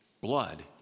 Blood